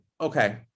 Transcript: okay